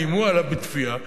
איימו עליו בתביעה,